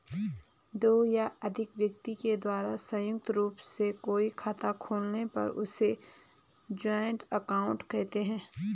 दो या अधिक व्यक्ति के द्वारा संयुक्त रूप से कोई खाता खोलने पर उसे जॉइंट अकाउंट कहते हैं